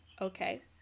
Okay